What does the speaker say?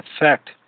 effect